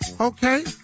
okay